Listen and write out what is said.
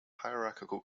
hierarchical